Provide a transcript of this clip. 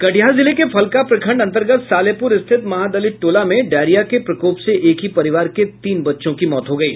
कटिहार जिले के फलका प्रखंड अंतर्गत सालेहपुर स्थित महादलित टोला में डायरिया के प्रकोप से एक ही परिवार के तीन बच्चों की मौत हो गयी